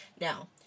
Now